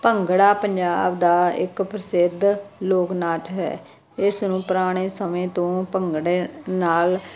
ਭੰਗੜਾ ਪੰਜਾਬ ਦਾ ਇੱਕ ਪ੍ਰਸਿੱਧ ਲੋਕ ਨਾਚ ਹੈ ਇਸ ਨੂੰ ਪੁਰਾਣੇ ਸਮੇਂ ਤੋਂ ਭੰਗੜੇ ਨਾਲ